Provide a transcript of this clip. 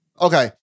Okay